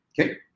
Okay